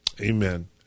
Amen